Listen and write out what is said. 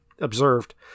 observed